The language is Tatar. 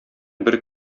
бер